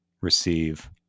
receive